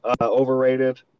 overrated